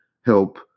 help